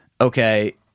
okay